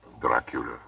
Dracula